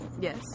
Yes